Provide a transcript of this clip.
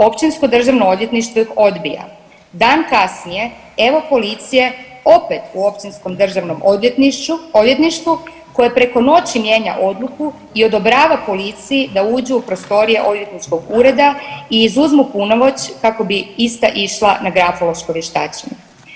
Općinsko državno odvjetništvo ih odbija, dan kasnije evo policije opet u Općinskom državnom odvjetništvu koje preko noći mijenja odluku i odobrava policiji da uđu u prostorije odvjetničkog ureda i izuzmu punomoć kako bi ista išla na grafološko vještačenje.